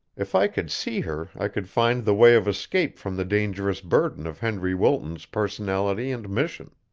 if i could see her i could find the way of escape from the dangerous burden of henry wilton's personality and mission.